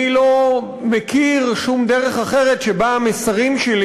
שאני לא מכיר שום דרך אחרת שבה המסרים שלי